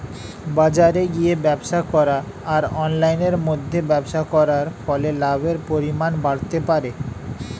বাজারে গিয়ে ব্যবসা করা আর অনলাইনের মধ্যে ব্যবসা করার ফলে লাভের পরিমাণ বাড়তে পারে?